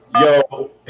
yo